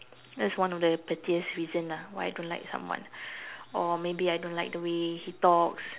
that's one of the pettiest reason lah why I don't like someone or maybe I don't like the way he talks